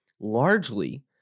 largely